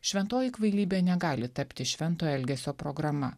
šventoji kvailybė negali tapti švento elgesio programa